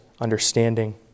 understanding